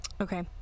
Okay